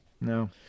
no